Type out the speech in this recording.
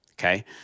okay